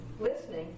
Listening